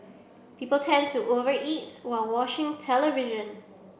people tend to over eat while watching television